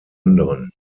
anderen